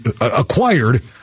acquired